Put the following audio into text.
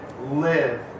live